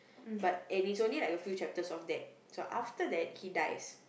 but and it's only like a few chapters of that so after that he dies